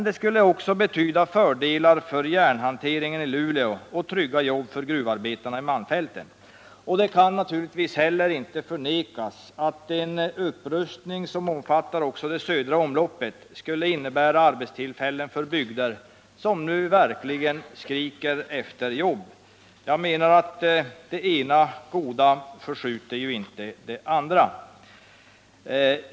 Det skulle också betyda fördelar för järnhanteringen i Luleå och trygga jobb för gruvarbetarna i malmfälten. Och det kan naturligtvis heller inte förnekas att en upprustning som omfattar också det södra omloppet skulle innebära arbetstillfällen för bygder som nu verkligen skriker efter jobb. Jag menar att det ena goda förskjuter inte det andra.